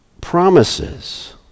Promises